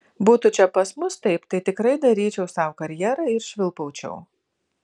būtų čia pas mus taip tai tikrai daryčiau sau karjerą ir švilpaučiau